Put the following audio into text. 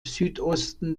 südosten